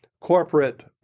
Corporate